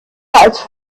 als